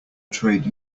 trade